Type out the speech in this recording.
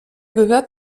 gehört